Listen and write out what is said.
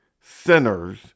sinners